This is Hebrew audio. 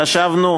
חשבנו,